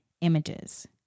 images